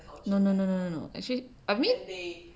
no no no no no actually I mean